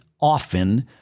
Often